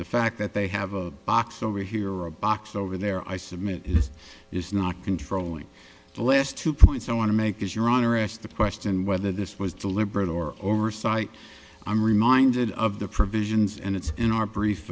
the fact that they have a box over here or a box over there i submit this is not controlling the list two points i want to make is your honor asked the question whether this was deliberate or oversight i'm reminded of the provisions and it's in our brief